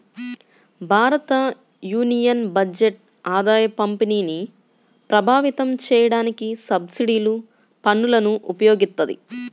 భారతయూనియన్ బడ్జెట్ ఆదాయపంపిణీని ప్రభావితం చేయడానికి సబ్సిడీలు, పన్నులను ఉపయోగిత్తది